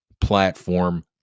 platform